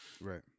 Right